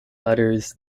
utters